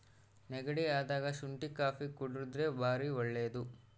ನೆಗಡಿ ಅದಾಗ ಶುಂಟಿ ಕಾಪಿ ಕುಡರ್ದೆ ಬಾರಿ ಒಳ್ಳೆದು